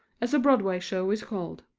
as a broadway show is called.